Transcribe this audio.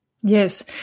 Yes